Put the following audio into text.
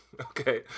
okay